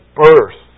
birth